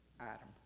Adam